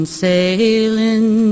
sailing